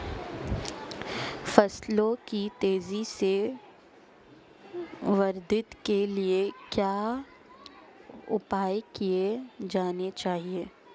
फसलों की तेज़ी से वृद्धि के लिए क्या उपाय किए जाने चाहिए?